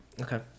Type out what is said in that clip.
okay